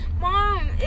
Mom